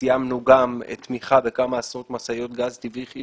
סיימנו גם תמיכה בכמה עשרות משאיות גז טבעי על